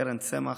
קרן צמח.